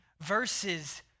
verses